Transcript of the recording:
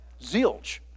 Zilch